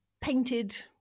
painted